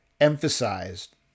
emphasized